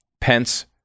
Pence